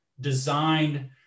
designed